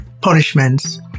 punishments